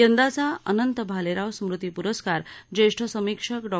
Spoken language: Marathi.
यंदाचा अनंत भालेराव स्मृती पुरस्कार ज्येष्ठ समीक्षक डॉ